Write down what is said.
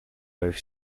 both